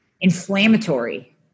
inflammatory